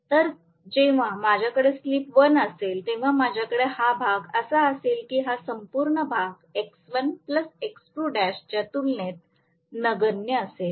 तर जेव्हा माझ्याकडे स्लिप 1 असेल तेव्हा माझ्यापेक्षा हा भाग असा असेल की हा संपूर्ण भाग च्या तुलनेत नगण्य असेल